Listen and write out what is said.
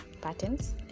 patterns